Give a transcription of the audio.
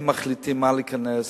הם מחליטים מה להכניס,